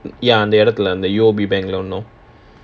ya the அந்த இடத்துல:andha idathula the U_O_B bank இன்னும்:innum